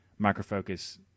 MicroFocus